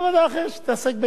שתתעסק באסטרטגיה,